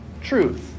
truth